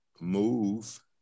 move